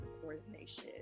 coordination